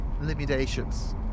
limitations